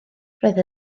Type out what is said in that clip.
roedd